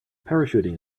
parachuting